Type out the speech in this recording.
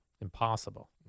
Impossible